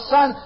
Son